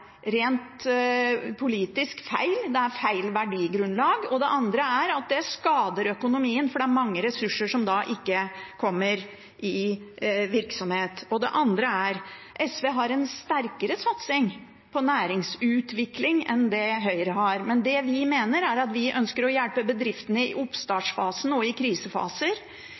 rent politisk feil. Det er feil verdigrunnlag, og det skader økonomien, for da er det mange ressurser som ikke kommer i virksomhet. SV har en sterkere satsing på næringsutvikling enn det Høyre har, men vi ønsker å hjelpe bedriftene i oppstartsfasen og i krisefaser.